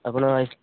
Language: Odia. ଆପଣ ଆଇ